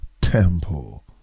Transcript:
temple